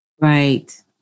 Right